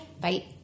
bye